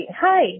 hi